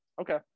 okay